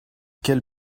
quelle